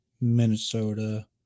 Minnesota